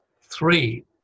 three